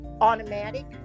automatic